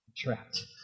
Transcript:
trapped